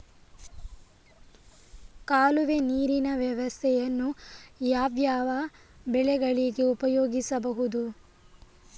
ಕಾಲುವೆ ನೀರಿನ ವ್ಯವಸ್ಥೆಯನ್ನು ಯಾವ್ಯಾವ ಬೆಳೆಗಳಿಗೆ ಉಪಯೋಗಿಸಬಹುದು?